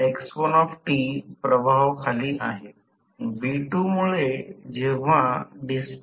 हे r Thevenin आणि x Thevenin आहे आणि हे r2 हे r2 S हे r 2 आहे S आहे r 2 सारखे लिहित आहोत